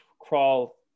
crawl